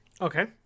Okay